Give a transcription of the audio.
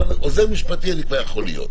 אבל עוזר משפטי אני כבר יכול להיות.